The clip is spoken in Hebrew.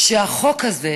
שהחוק הזה,